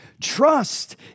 Trust